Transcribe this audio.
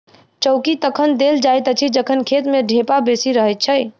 चौकी तखन देल जाइत अछि जखन खेत मे ढेपा बेसी रहैत छै